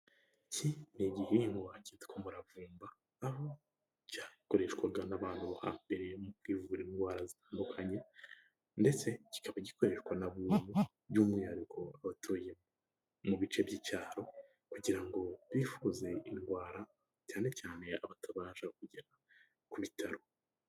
Iki ni igihingwa kitwa umuravumba aho cyakoreshwaga n'abantu bo hambere mu kwivura indwara zitandukanye ndetse kikaba gikoreshwa na buri muntu by'umwihariko abatuye mu bice by'icyaro kugira ngo bifuze indwara cyane cyane abatabasha kugera ku bitaro.